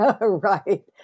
Right